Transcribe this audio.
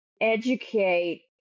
educate